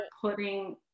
putting